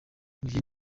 uyu